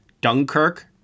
Dunkirk